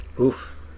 oof